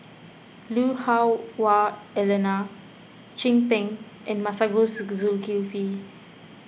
Lui Hah Wah Elena Chin Peng and Masagos Zulkifli